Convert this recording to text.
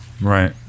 right